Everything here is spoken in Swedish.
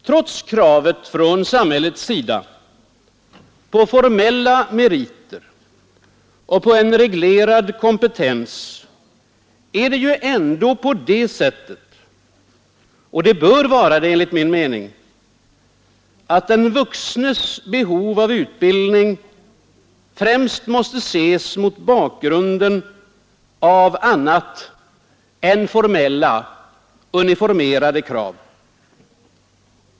Trots kravet från samhällets sida på formella meriter och på en reglerad kompetens är det ju ändå på det sättet — och det bör vara det enligt min mening — att den vuxnes behov av utbildning främst måste ses mot bakgrunden av annat än formella, uniformerade krav.